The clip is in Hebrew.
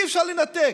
אי-אפשר לנתק.